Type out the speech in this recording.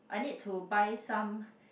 I need to buy some